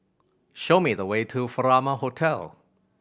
show me the way to Furama Hotel